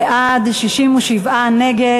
13 בעד, 67 נגד.